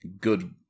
good